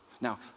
Now